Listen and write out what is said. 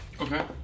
Okay